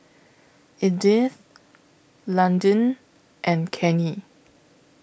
Edyth Londyn and Kenny